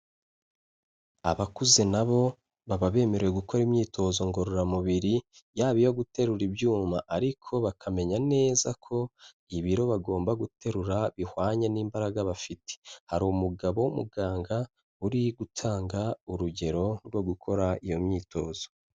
Abakuze na bo baba bemerewe gukora imyitozo ngororamubiri, yaba iyo guterura ibyuma ariko bakamenya neza ko ibiro bagomba guterura bihwanye n'imbaraga bafite. Hari umugabo w'umuganga uri gutanga urugero rwo gukora iyo myitozo.